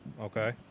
Okay